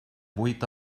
vuit